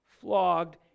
flogged